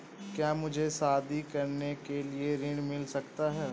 क्या मुझे शादी करने के लिए ऋण मिल सकता है?